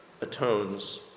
atones